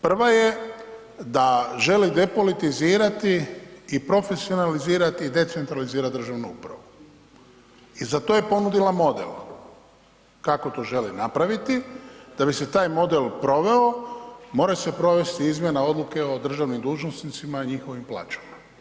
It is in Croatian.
Prva je da želi depolitizirati i profesionalizirati i decentralizirati državnu upravu i za to je ponudila model kako to želi napraviti, da bi se taj model proveo, moraju se provesti izmjena odluke o državnim dužnosnicima i njihovim plaćama.